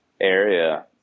area